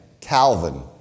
Calvin